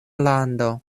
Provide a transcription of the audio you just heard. lando